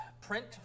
print